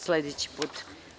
Sledeći put.